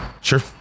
Sure